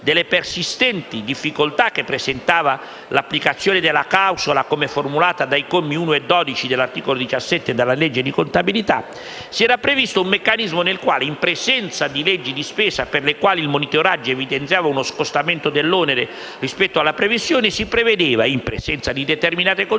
delle persistenti difficoltà che presentava l'applicazione della clausola come formulata dai commi 1 e 12 dell'articolo 17 della legge di contabilità, si era previsto un meccanismo nel quale, in presenza di leggi di spesa per le quali il monitoraggio evidenziava uno scostamento dell'onere rispetto alla previsione, si contemplava, in presenza di determinate condizioni,